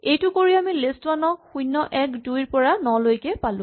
এইটো কৰি আমি লিষ্ট ৱান ক ০ ১ ২ ৰ পৰা ৯ লৈকে পালো